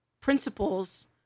principles